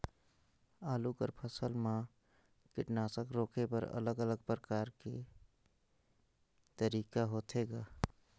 आलू कर फसल म कीटाणु रोके बर अलग अलग प्रकार तरीका होथे ग?